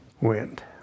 went